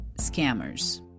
scammers